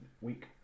week